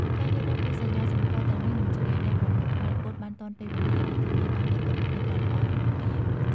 ការយល់ដឹងពីសញ្ញាសម្គាល់ទាំងនេះនឹងជួយអ្នកប្រមូលផលពោតបានទាន់ពេលវេលា និងធានាបាននូវគុណភាពដ៏ល្អរបស់វា។